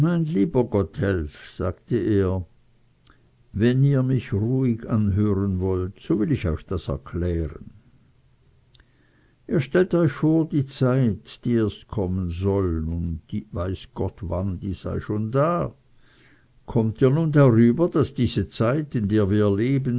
lieber gotthelf sagte er wenn ihr mich ruhig anhören wollt so will ich euch das erklären ihr stellt euch vor die zeit die erst kommen soll und weiß gott wann die sei schon da kommt ihr nun darüber daß diese zeit in der wir leben